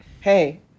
hey